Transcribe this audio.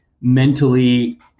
mentally